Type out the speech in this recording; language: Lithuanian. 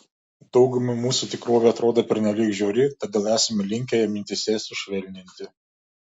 daugumai mūsų tikrovė atrodo pernelyg žiauri todėl esame linkę ją mintyse sušvelninti